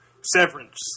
severance